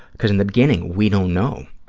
because in the beginning we don't know,